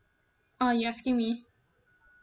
oh you're asking me